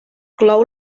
clou